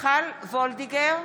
מיכל וולדיגר,